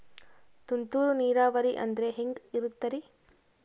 ತುಂತುರು ನೇರಾವರಿ ಅಂದ್ರೆ ಹೆಂಗೆ ಇರುತ್ತರಿ?